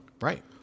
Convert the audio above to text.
Right